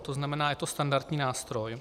To znamená, je to standardní nástroj.